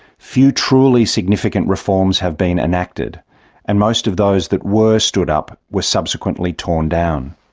few truly significant reforms have been enacted and most of those that were stood up were subsequently torn down.